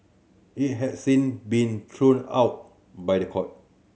it has since been thrown out by the court